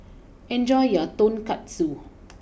enjoy your Tonkatsu